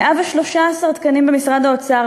113 תקנים במשרד האוצר,